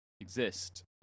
exist